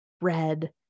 red